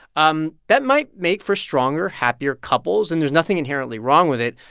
um that might make for stronger, happier couples, and there's nothing inherently wrong with it.